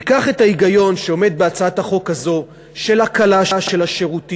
ניקח את ההיגיון שעומד בבסיס הצעת החוק הזאת של הקלת השירותים,